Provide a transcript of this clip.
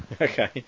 Okay